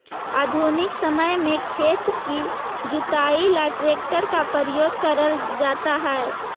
आधुनिक समय में खेत की जुताई ला ट्रैक्टर का प्रयोग करल जाता है